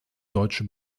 deutsche